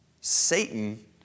Satan